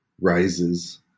rises